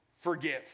forgive